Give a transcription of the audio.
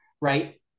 right